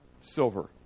silver